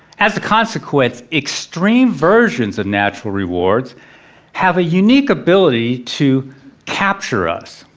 as a consequence extreme versions of natural rewards have a unique ability to capture us.